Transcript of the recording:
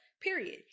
period